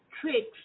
Tricks